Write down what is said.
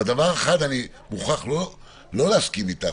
אבל בדבר אחד אני מוכרח לא להסכים איתך,